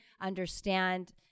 understand